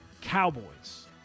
Cowboys